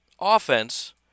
Offense